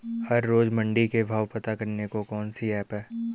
हर रोज़ मंडी के भाव पता करने को कौन सी ऐप है?